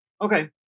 Okay